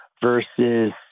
versus